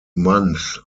months